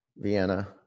Vienna